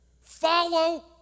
Follow